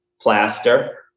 plaster